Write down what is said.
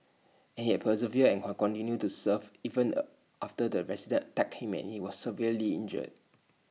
and he has persevered and her continued to serve even A after the resident attacked him and he was severely injured